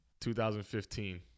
2015